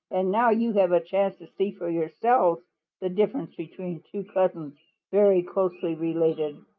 and now you have a chance to see for yourselves the differences between two cousins very closely related,